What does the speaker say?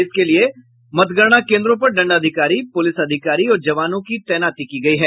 इसके लिये मतगणना केंद्रों पर दंडाधिकारी पुलिस अधिकारी और जवानों की तैनाती की गयी है